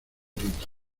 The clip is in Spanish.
grito